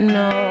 no